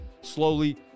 Slowly